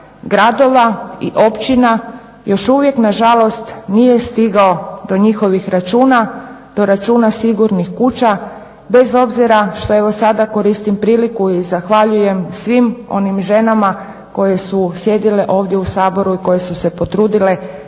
gradova i općina još uvijek nažalost nije stigao do njihovih računa, do računa sigurnih kuća bez obzira što evo sada koristim priliku i zahvaljujem svim onim ženama koje su sjedile ovdje u Saboru i koje su se potrudile da ipak